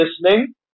listening